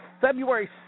February